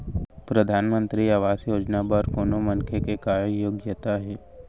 परधानमंतरी आवास योजना बर कोनो मनखे के का योग्यता हे?